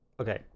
okay